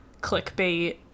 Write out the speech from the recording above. clickbait